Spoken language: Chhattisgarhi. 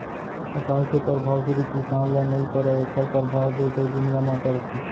अकाल के परभाव सिरिफ किसान ल नइ परय एखर परभाव देस अउ दुनिया म परथे